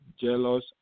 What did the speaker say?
jealous